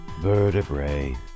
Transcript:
vertebrae